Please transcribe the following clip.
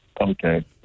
Okay